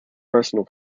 personal